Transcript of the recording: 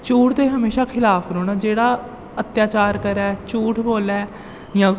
झूठ दे हमेशा खलाफ रौह्ना जेह्ड़ा अत्याचार करै झूठ बोल्ले जां